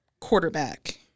quarterback